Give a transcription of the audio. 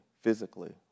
physically